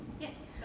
yes